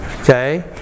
Okay